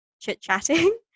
chit-chatting